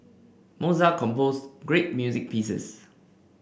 Mozart composed great music pieces